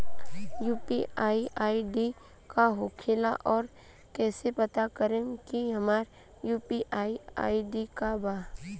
UPI ID का होखेला और कईसे पता करम की हमार यू.पी.आई आई.डी का बा?